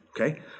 Okay